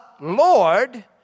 Lord